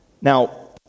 Now